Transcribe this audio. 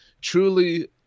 truly